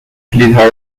کلیدها